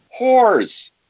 whores